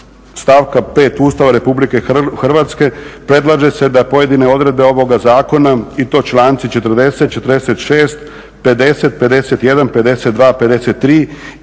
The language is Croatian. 90.stavka 5. Ustava RH predlaže se da pojedine odredbe ovoga zakona i to članci 40., 46., 50., 51., 52.,